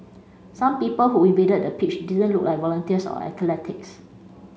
some people who invaded the pitch didn't look like volunteers or athletics